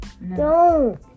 No